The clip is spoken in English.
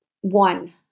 One